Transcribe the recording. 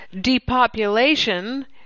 depopulation